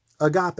Agape